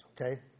Okay